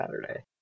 Saturday